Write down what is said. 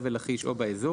חבל לכיש או באזור,